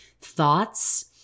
thoughts